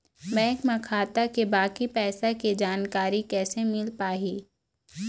Bank म खाता के बाकी पैसा के जानकारी कैसे मिल पाही?